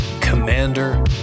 Commander